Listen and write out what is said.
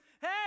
Hey